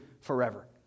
forever